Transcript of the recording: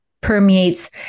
permeates